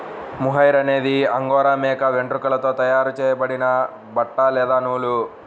mohair అనేది angora మేక వెంట్రుకలతో తయారు చేయబడిన బట్ట లేదా నూలు